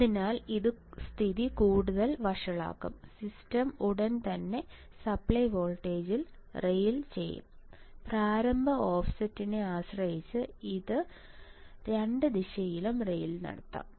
അതിനാൽ ഇത് സ്ഥിതി കൂടുതൽ വഷളാക്കും സിസ്റ്റം ഉടൻ തന്നെ സപ്ലൈ വോൾട്ടേജിൽ റെയിൽ ചെയ്യും പ്രാരംഭ ഓഫ്സെറ്റിനെ ആശ്രയിച്ച് ഇതിന് രണ്ട് ദിശയിലും റെയിൽ നടത്താം